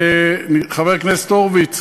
חבר הכנסת הורוביץ?